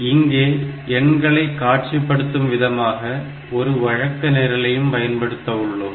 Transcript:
இங்கே எண்களை காட்சிப்படுத்தும் விதமாக ஒரு வழக்க நிரலையும் பயன்படுத்த உள்ளோம்